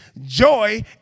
joy